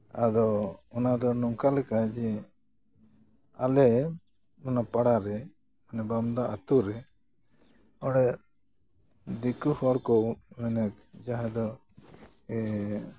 ᱟᱫᱚ ᱚᱱᱟ ᱫᱚ ᱱᱚᱝᱠᱟᱞᱮᱠᱟ ᱡᱮ ᱟᱞᱮ ᱚᱱᱟ ᱯᱟᱲᱟ ᱨᱮ ᱵᱟᱢᱫᱟ ᱟᱛᱩᱨᱮ ᱚᱸᱰᱮ ᱫᱤᱠᱩ ᱦᱚᱲ ᱠᱚ ᱢᱮᱱᱮ ᱡᱟᱦᱟᱸᱭ ᱫᱚ